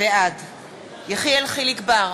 בעד יחיאל חיליק בר,